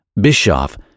Bischoff